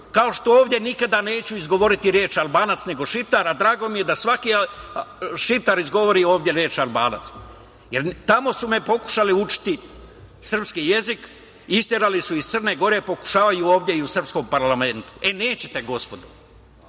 kao što ovde nikada neću izgovoriti reč Albanac nego Šiptar, a drago mi je da svaki Šiptar ovde izgovori reč Albanac. Tamo su me pokušali učiti srpski jezik, isterali su iz Crne Gore, pokušavaju ovde i u srpskom parlamentu. E, nećete gospodo. Dobio